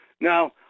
Now